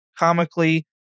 Comically